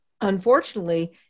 unfortunately